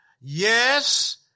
Yes